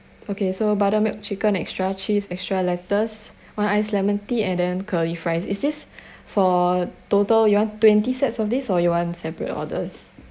okay so buttermilk chicken extra cheese extra lettuces one ice lemon tea and then curly fries is this for total you want twenty sets of this or you want separate orders